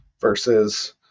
versus